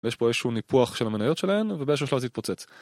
יש פה איזשהו ניפוח של המניות שלהם ובאיזשהו שלב זה יתפוצץ.